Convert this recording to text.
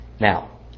Now